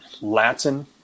Latin